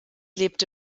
lebte